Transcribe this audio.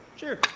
sure